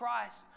Christ